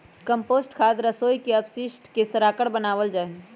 compost खाद रसोई के अपशिष्ट के सड़ाकर बनावल जा हई